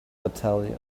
battalion